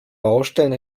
baustellen